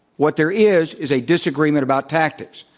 what there is, is a disagreement about tactics.